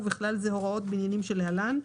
ובכלל זה הוראות בעניינים שלהלן: